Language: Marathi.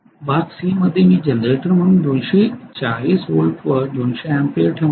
भाग C मध्ये मी जनरेटर म्हणून 240 व्होल्टवर २०० अॅम्पीयर ठेवणार आहे